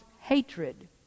hatred